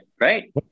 right